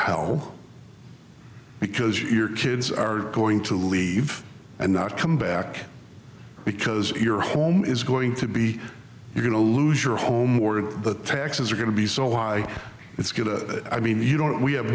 hell because your kids are going to leave and not come back because your home is going to be you're going to lose your home the taxes are going to be so why it's going to i mean you don't we have